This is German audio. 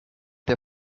der